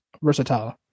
versatile